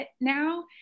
now